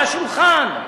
על השולחן,